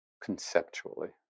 conceptually